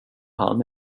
han